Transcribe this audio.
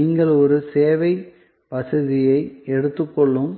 நீங்கள் ஒரு சேவை வசதியை எடுத்துக்கொள்ளும்